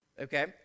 okay